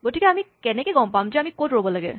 গতিকে আমি কেনেকে গম পাম যে ক'ত ৰ'ব লাগে